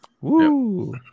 Woo